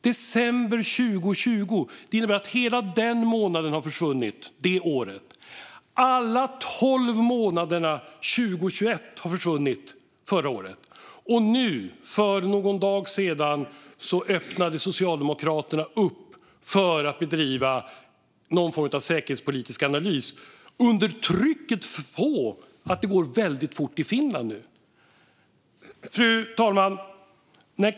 December 2020 - det innebär att hela den månaden försvann det året liksom alla tolv månaderna 2021. För någon dag sedan öppnade Socialdemokraterna upp för att bedriva någon form av säkerhetspolitisk analys under trycket av att det nu går väldigt fort i Finland. Fru talman!